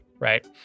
Right